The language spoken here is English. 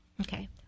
okay